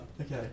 Okay